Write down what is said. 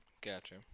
Gotcha